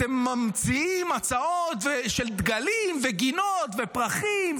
אתם ממציאים המצאות של דגלים וגינות ופרחים,